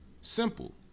simple